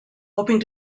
hoping